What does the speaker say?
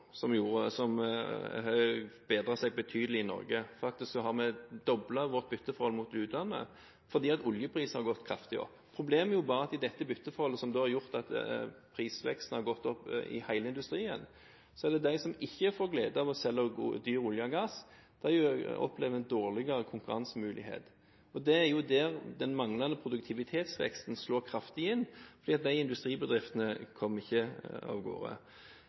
som har bedret seg betydelig i Norge. Vi har faktisk doblet vårt bytteforhold overfor utlandet fordi oljeprisen har gått kraftig opp. Problemet er bare at i dette bytteforholdet – som har ført til prisvekst i hele industrien – er det noen som ikke får gleden av å selge dyr olje og gass. De opplever en dårligere konkurransemulighet. Det er her den manglende produktivitetsveksten slår kraftig inn, for disse industribedriftene kommer ikke